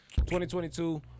2022